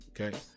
Okay